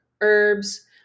herbs